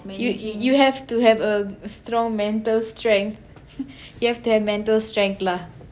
you you have to have a strong mental strength you have to have mental strength lah